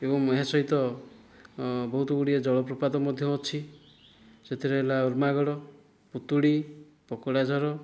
ଏବଂ ଏହା ସହିତ ବହୁତ ଗୁଡ଼ିଏ ଜଳପ୍ରପାତ ମଧ୍ୟ ଅଛି ସେଥିରେ ହେଲା ଉରମାଗଡ଼ ପୁତୁଡ଼ି ପକଡ଼ାଝର